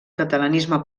catalanisme